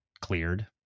cleared